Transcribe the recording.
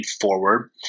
forward